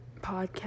podcast